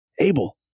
Abel